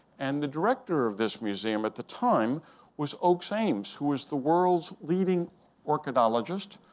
and the director of this museum at the time was oakes ames, who is the world's leading orchidologist,